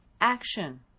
Action